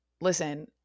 listen